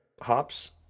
hops